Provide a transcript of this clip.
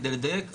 כדי לדייק,